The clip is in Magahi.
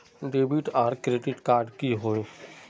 डेबिट आर क्रेडिट कार्ड की होय?